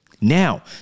Now